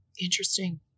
Interesting